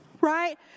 right